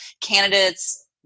candidates